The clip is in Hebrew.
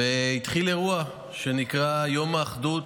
התחיל אירוע שנקרא יום האחדות,